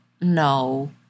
No